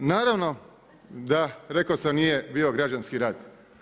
Naravno, rekao sam nije bio građanski rat.